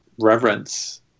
reverence